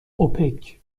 اوپک